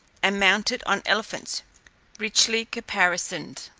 and mounted on elephants richly caparisoned.